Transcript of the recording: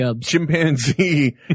chimpanzee